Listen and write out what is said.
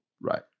Right